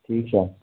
ٹھیٖک چھا